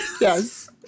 Yes